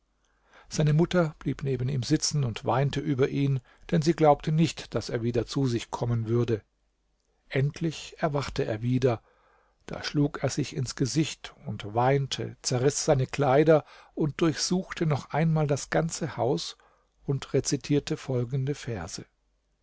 seine mutter blieb neben ihm sitzen und weinte über ihn denn sie glaubte nicht daß er wieder zu sich kommen würde endlich erwachte er wieder da schlug er sich ins gesicht und weinte zerriß seine kleider und durchsuchte noch einmal das ganze haus und rezitierte folgende verse